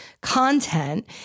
content